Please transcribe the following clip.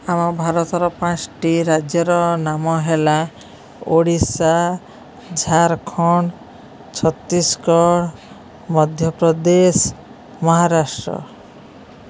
ଆମ ଭାରତର ପାଞ୍ଚଟି ରାଜ୍ୟର ନାମ ହେଲା ଓଡ଼ିଶା ଝାଡ଼ଖଣ୍ଡ ଛତିଶଗଡ଼ ମଧ୍ୟପ୍ରଦେଶ ମହାରାଷ୍ଟ୍ର